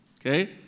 okay